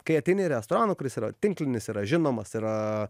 kai ateini į restoraną kuris yra tinklinis yra žinomas yra